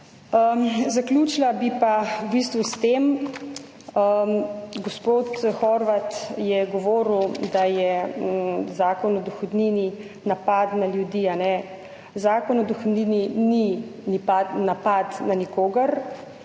Zaključila bi pa s tem. Gospod Horvat je govoril, da je zakon o dohodnini napad na ljudi. Zakon o dohodnini ni napad na nikogar,